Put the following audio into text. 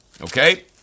Okay